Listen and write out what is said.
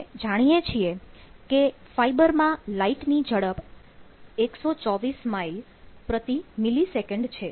આપણે જાણીએ છીએ કે ફાઇબરમાં લાઈટ ની ઝડપ 124 માઇલ પ્રતિ મિલીસેકન્ડ છે